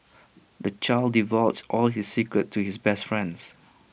the child divulged all his secrets to his best friends